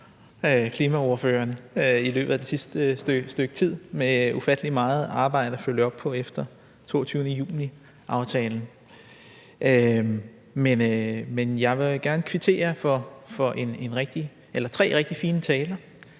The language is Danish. sammen i løbet af det sidste stykke tid med ufattelig meget arbejde at følge op på efter 22. juni-aftalen. Jeg vil gerne kvittere for tre rigtig fine taler